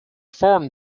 formed